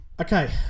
Okay